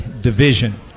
division